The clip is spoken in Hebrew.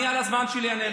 אני אענה לך על הזמן שלי.